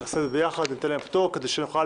נעשה את זה ביחד וניתן להם פטור כדי שנוכל